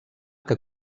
que